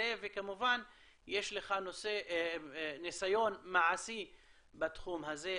וכמובן יש לך ניסיון מעשי בתחום הזה.